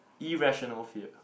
irrational fear